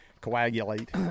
coagulate